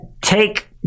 take